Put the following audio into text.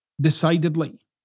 decidedly